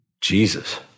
Jesus